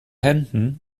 hemden